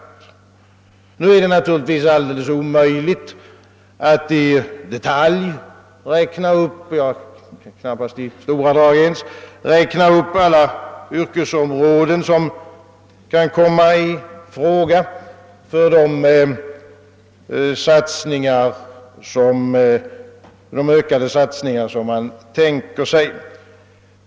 Det är naturligtvis alldeles omöjligt att i detalj — det kan man knappast göra ens i stora drag — räkna upp alla yrkesområden som kan komma i fråga för de ökade satsningar som man tänker sig.